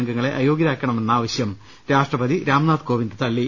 അംഗങ്ങളെ അയോഗ്യരാക്കണമെന്ന ആവശ്യം രാഷ്ട്രപതി രാംനാഥ് കോവിന്ദ് തള്ളി